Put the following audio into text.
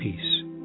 peace